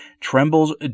trembles